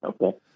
okay